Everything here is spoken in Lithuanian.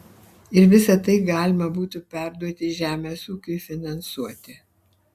ir visa tai galima būtų perduoti žemės ūkiui finansuoti